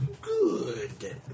good